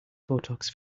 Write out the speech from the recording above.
botox